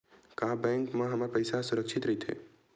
का बैंक म हमर पईसा ह सुरक्षित राइथे?